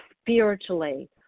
spiritually